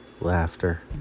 laughter